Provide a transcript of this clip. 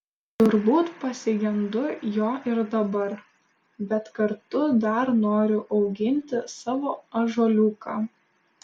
turbūt pasigendu jo ir dabar bet kartu dar noriu auginti savo ąžuoliuką